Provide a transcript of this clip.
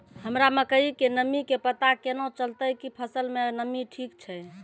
हमरा मकई के नमी के पता केना चलतै कि फसल मे नमी ठीक छै?